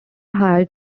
hired